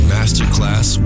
Masterclass